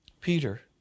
Peter